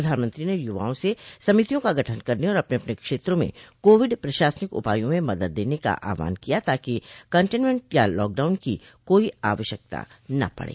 प्रधानमंत्री ने युवाओंसे समितियों का गठन करने और अपने अपने क्षेत्रों में कोविड प्रशासनिक उपायों में मदददेने का आह्वान किया ताकि कंटेनमेंट या लॉकडाउन की कोई आवश्यकता न पड़े